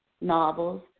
novels